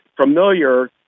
familiar